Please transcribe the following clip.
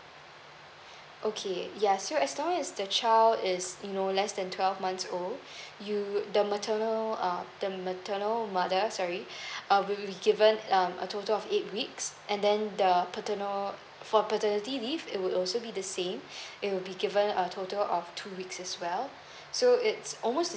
okay ya so as long as the child is you know less than twelve months old you would the maternal um the maternal mother sorry uh will be given um a total of eight weeks and then the paternal for paternity leave it would also be the same it will be given a total of two weeks as well so it's almost the